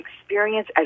experience